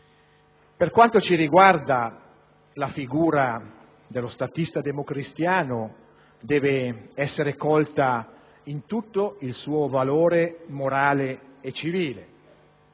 Per quanto ci riguarda, la figura dello statista democristiano deve essere colta in tutto il suo valore morale e civile.